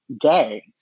gay